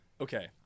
okay